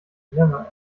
never